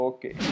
Okay